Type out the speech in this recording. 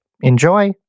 Enjoy